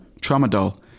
tramadol